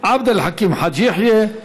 עבד אל חכים חאג' יחיא.